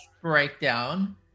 breakdown